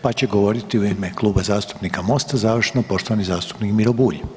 Pa će govoriti u ime Kluba zastupnika MOST-a završno poštovani zastupnik Miro Bulj.